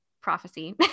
prophecy